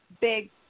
big